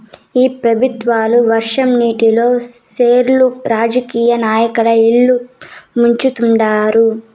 ఈ పెబుత్వాలు వర్షం నీటితో సెర్లు రాజకీయ నాయకుల ఇల్లు ముంచుతండారు